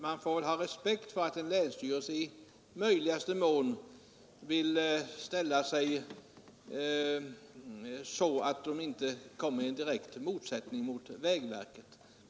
Man får väl ha respekt för att en länsstyrelse i möjligaste mån vill ställa sig så att man inte kommer i direkt motsättning mot vägverket.